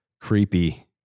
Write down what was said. creepy